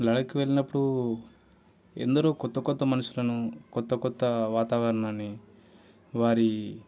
లడఖ్ వెళ్ళినప్పుడు ఎందరో కొత్త కొత్త మనుషులను కొత్త కొత్త వాతావరణాన్ని వారి